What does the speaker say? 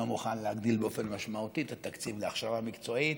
מוכן להגדיל באופן משמעותי את התקציב להכשרה מקצועית,